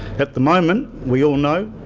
at the moment, we all know,